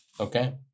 okay